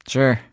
Sure